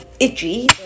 itchy